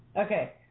Okay